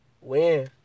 win